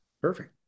Perfect